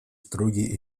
строгий